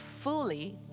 fully